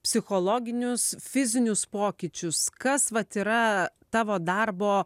psichologinius fizinius pokyčius kas vat yra tavo darbo